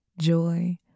joy